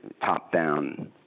top-down